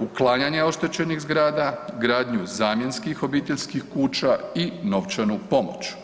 uklanjanja oštećenih zgrada, gradnju zamjenskih obiteljskih kuća i novčanu pomoć.